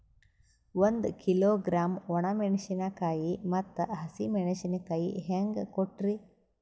ಒಂದ ಕಿಲೋಗ್ರಾಂ, ಒಣ ಮೇಣಶೀಕಾಯಿ ಮತ್ತ ಹಸಿ ಮೇಣಶೀಕಾಯಿ ಹೆಂಗ ಕೊಟ್ರಿ?